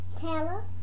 Taylor